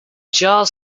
jars